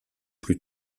plus